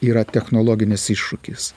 yra technologinis iššūkis